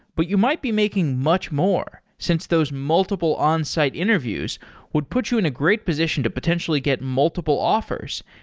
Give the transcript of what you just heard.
but you might be making much more since those multiple onsite interviews would put you in a great position to potentially get multiple offers,